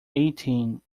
eighteen